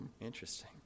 interesting